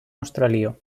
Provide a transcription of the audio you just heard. aŭstralio